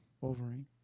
Wolverine